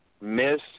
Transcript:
miss